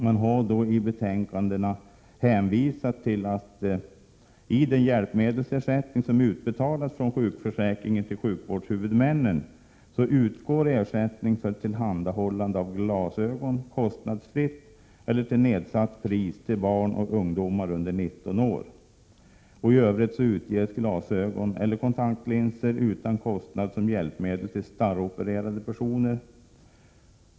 Man har i betänkandena hänvisat till att det inom ramen för den hjälpmedelsersättning som utbetalas från sjukförsäk ringen till sjukvårdshuvudmännen utgår ersättning till barn och ungdomar under 19 år för att kostnadsfritt eller till nedsatt pris tillhandahålla glasögon. I Övrigt utges utan kostnad glasögon eller kontaktlinser som hjälpmedel till starropererade personer.